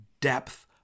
depth